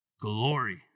glory